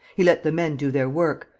he let the men do their work,